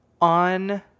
on